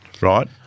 Right